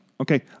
Okay